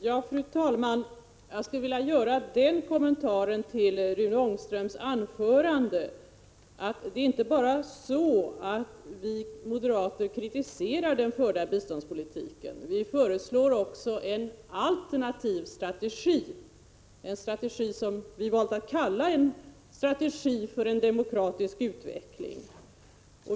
Fru talman! Jag skulle vilja göra en kommentar till Rune Ångströms anförande. Det är inte bara så att vi moderater kritiserar den förda biståndspolitiken, vi föreslår också en alternativ strategi, en strategi som vi har valt att kalla en strategi för en demokratisk utveckling.